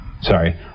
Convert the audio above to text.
sorry